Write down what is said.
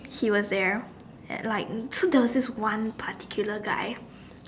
he was there at like so there was this one particular guy